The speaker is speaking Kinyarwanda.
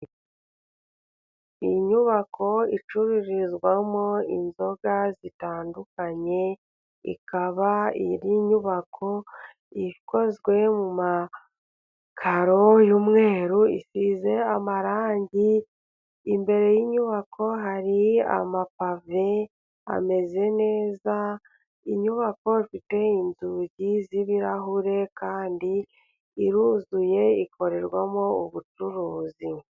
Inyubako icururizwamo inzoga zitandukanye, ikaba inyubako ikozwe mu makaro y'umweru, isize amarangi, imbere y'inyubako hari amapave, ameze neza, inyubako ifite inzugi z'ibirahure, kandi iruzuye ikorerwamo ubucuruzi.